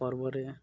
ପର୍ବରେ